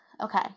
Okay